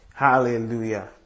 Hallelujah